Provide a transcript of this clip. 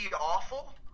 awful